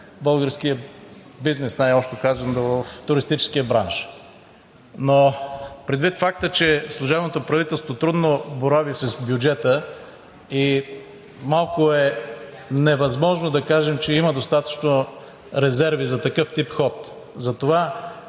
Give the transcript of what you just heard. българския бизнес, най-общо казано в туристическия бранш. Но предвид факта, че служебното правителство трудно борави с бюджета и малко е невъзможно да кажем, че има достатъчно резерви за такъв тип ход, затова